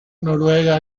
noruega